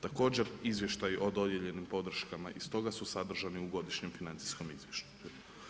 Također izvještaj o dodijeljenim podrškama i stoga su sadržani u ovogodišnjem financijskom izvještaju.